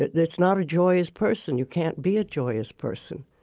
but that's not a joyous person you can't be a joyous person.